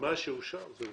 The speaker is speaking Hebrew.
שאושר אושר.